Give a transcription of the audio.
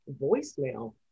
voicemail